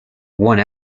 one